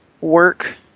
work